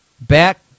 Back